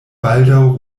baldaŭ